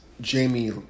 Jamie